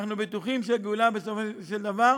אנחנו בטוחים שהגאולה בסופו של דבר